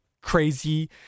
crazy